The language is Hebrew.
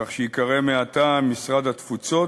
כך שייקרא מעתה: משרד התפוצות.